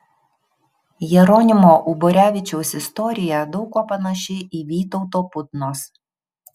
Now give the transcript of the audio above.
jeronimo uborevičiaus istorija daug kuo panaši į vytauto putnos